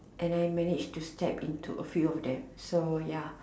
and I manage to step into a few of them so ya